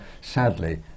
sadly